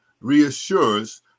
reassures